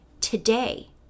today